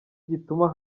gituma